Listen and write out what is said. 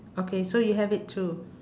okay so you have it too